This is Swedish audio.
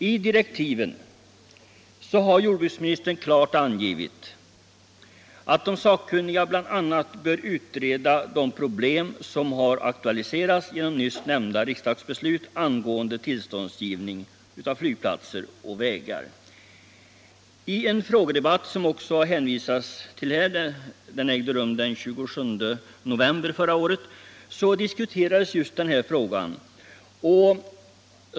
I direktiven har jordbruksministern klart angivit att de sakkunniga bl.a. bör utreda de problem som har aktualiserats genom nyss nämnda riksdagsbeslut angående tillståndsgivningen för flygplatser och vägar. I en frågedebatt — som också hänvisats till här — den 27 november förra året diskuterades just denna fråga.